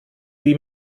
wie